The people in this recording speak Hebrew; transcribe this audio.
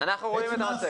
אנחנו רואים את המצגת.